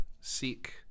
seek